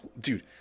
dude